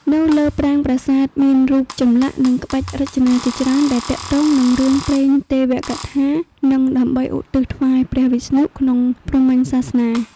នៅលើប្រាង្គប្រាសាទមានរូបចម្លាក់និងក្បាច់រចនាជាច្រើនដែលទាក់ទងនិងរឿងព្រេងទេវកថានិងដើម្បីឧទ្ទិសថ្វាយព្រះវិស្ណុ ក្នុងព្រហ្មញ្ញសាសនា។